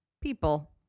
people